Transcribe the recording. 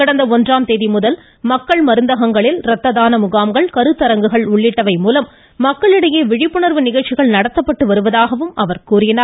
கடந்த ஒன்றாம் தேதி முதல் மக்கள் மருந்தகங்களில் ரத்த தான முகாம்கள் கருத்தரங்குகள் உள்ளிட்டவை மூலம் மக்களிடையே விழிப்புணர்வு ஏற்படுத்தப்பட்டு வருவதாகவும் கூறினார்